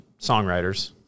songwriters